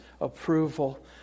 approval